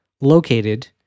located